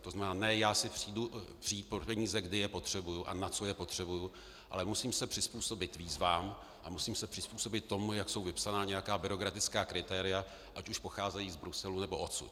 To znamená ne já si přijdu pro peníze, kdy je potřebuji a na co je potřebuji, ale musím se přizpůsobit výzvám a musím se přizpůsobit tomu, jak jsou vypsaná nějaké byrokratická kritéria, ať už pocházejí z Bruselu, nebo odsud.